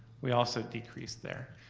we also decreased there.